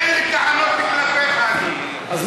אין לי טענות כלפיך, אדוני.